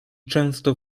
często